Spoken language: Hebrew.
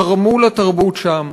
תרמו לתרבות שם,